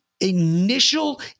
initial